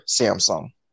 Samsung